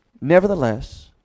Nevertheless